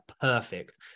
perfect